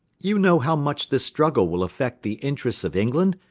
you know how much this struggle will affect the interests of england,